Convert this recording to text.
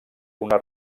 una